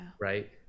Right